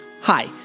Hi